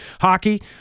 Hockey